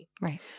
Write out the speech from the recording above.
Right